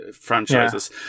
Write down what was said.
Franchises